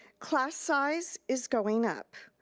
class size is going up.